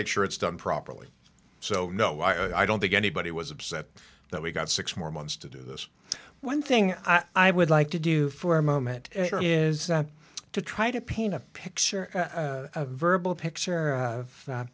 make sure it's done properly so no i don't think anybody was upset that we've got six more months to do this one thing i would like to do for a moment is to try to paint a picture a verbal picture of